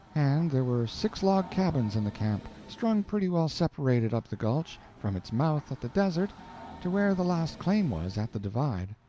and there were six log cabins in the camp strung pretty well separated up the gulch from its mouth at the desert to where the last claim was, at the divide.